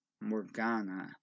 Morgana